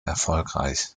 erfolgreich